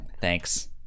Thanks